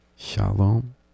Shalom